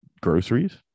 groceries